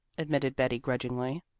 admitted betty grudgingly.